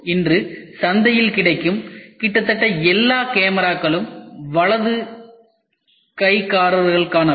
இன்று சந்தையில் கிடைக்கும் கிட்டத்தட்ட எல்லா கேமராக்களும் வலது கைக்காரர்களுக்கானவை